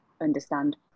understand